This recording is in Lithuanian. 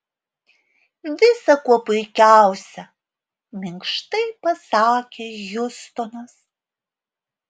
visa kuo puikiausia minkštai pasakė hjustonas